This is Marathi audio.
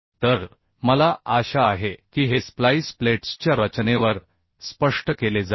तर मला आशा आहे की हे स्प्लाईस प्लेट्सच्या रचनेवर स्पष्ट केले जाईल